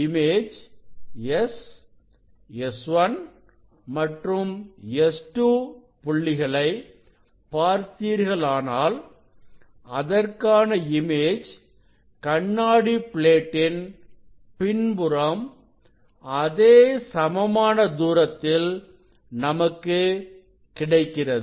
இங்கு S S1மற்றும் S2 புள்ளிகளை பார்த்தீர்களானால் அதற்கான இமேஜ் கண்ணாடி பிளேட்டின் பின்புறம் அதே சமமான தூரத்தில் நமக்கு கிடைக்கிறது